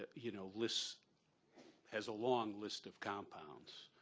ah you know, lists has a long list of compounds,